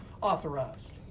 authorized